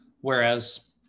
whereas